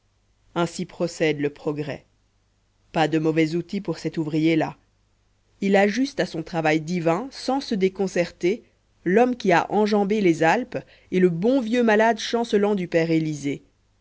ainsi procède le progrès pas de mauvais outil pour cet ouvrier là il ajuste à son travail divin sans se déconcerter l'homme qui a enjambé les alpes et le bon vieux malade chancelant du père élysée